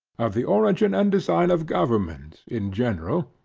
of the origin and design of government in general,